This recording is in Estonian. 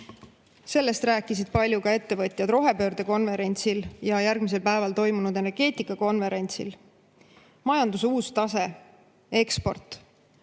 Sellest rääkisid palju ka ettevõtjad rohepöördekonverentsil ja järgmisel päeval toimunud energeetikakonverentsil. Majanduse uus tase, eksport.